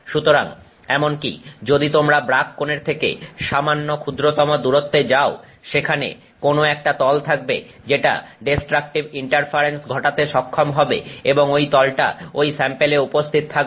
সুতরাং এমনকি যদি তোমরা ব্রাগ কোণের থেকে সামান্য ক্ষুদ্রতম দূরত্বে যাও সেখানে কোন একটা তল থাকবে যেটা ডেস্ট্রাকটিভ ইন্টারফারেন্স ঘটাতে সক্ষম হবে এবং ঐ তলটা ঐ স্যাম্পেলে উপস্থিত থাকবে